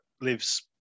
lives